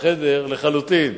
בחדר לחלוטין.